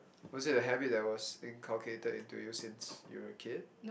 was it a habit that was inculcated into you since you were a kid